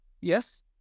yes